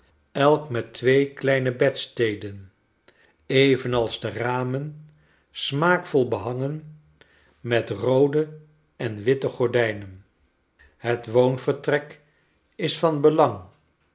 elk met twee kleine bedsteden evenals de ramen smaakvol behangen met roode en witte gordijnen het woonvertrek is van belang